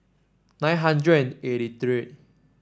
nine hundred and eighty three